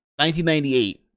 1998